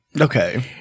Okay